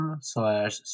slash